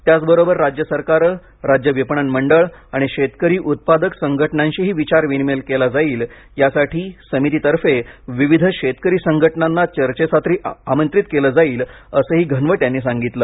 त्याचबरोबर राज्य सरकारं राज्य विपणन मंडळ आणि शेतकरी उत्पादक संघटनांशीही विचारविनिमय केला जाईल यासाठी समितीतर्फे विविध शेतकरी संघटनांना चर्चेसाठी आमंत्रित केलं जाईल असंही घनवट यांनी सांगितलं